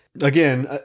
Again